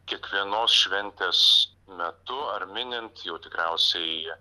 kiekvienos šventės metu ar minint jau tikriausiai